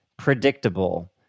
predictable